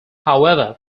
however